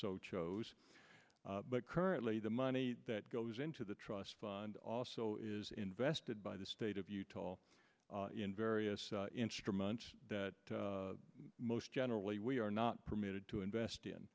so chose but currently the money that goes into the trust fund also is invested by the state of utah in various instruments most generally we are not permitted to invest in